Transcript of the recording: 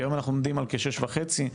כיום אנחנו עומדים על כשש וחצי,